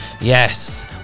Yes